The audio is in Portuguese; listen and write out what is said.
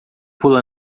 pula